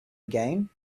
again